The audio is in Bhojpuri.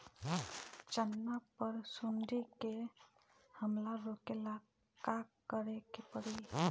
चना पर सुंडी के हमला रोके ला का करे के परी?